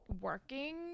working